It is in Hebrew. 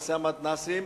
נושא המתנ"סים.